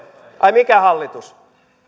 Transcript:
ai mikä hallitus